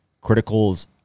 critical's